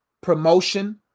promotion